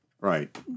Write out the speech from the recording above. Right